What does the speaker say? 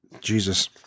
Jesus